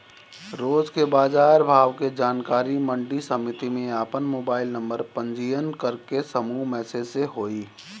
रोज के बाजार भाव के जानकारी मंडी समिति में आपन मोबाइल नंबर पंजीयन करके समूह मैसेज से होई?